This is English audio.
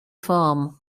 farm